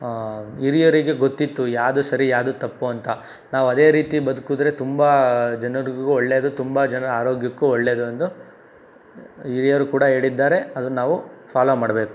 ಹಿರಿಯರಿಗೆ ಗೊತ್ತಿತ್ತು ಯಾವುದು ಸರಿ ಯಾವುದು ತಪ್ಪು ಅಂತ ನಾವು ಅದೇ ರೀತಿ ಬದುಕಿದ್ರೆ ತುಂಬ ಜನರಿಗೂ ಒಳ್ಳೆಯದು ತುಂಬ ಜನ ಆರೋಗ್ಯಕ್ಕೂ ಒಳ್ಳೆಯದು ಎಂದು ಹಿರಿಯರು ಕೂಡ ಹೇಳಿದ್ದಾರೆ ಅದನ್ನು ನಾವು ಫಾಲೋ ಮಾಡಬೇಕು